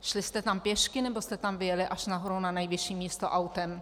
Šli jste tam pěšky, nebo jste vyjeli až nahoru na nejvyšší místo autem?